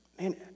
man